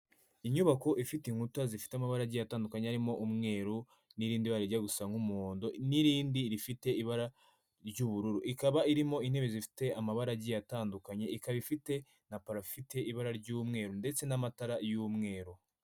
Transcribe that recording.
Inyubako ifite inkuta zifite amabaragi atandukanyemo umweru n'irindi barajya gusa nk'umuhondo, n'irindi rifite ibara ry'ubururu. Ikaba irimo intebe zifite amabaragi atandukanye ikaba ifite na parafite ibara ry'umweru ndetse n'amatara y'umweru.